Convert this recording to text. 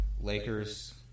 Lakers